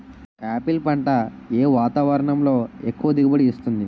Apple పంట ఏ వాతావరణంలో ఎక్కువ దిగుబడి ఇస్తుంది?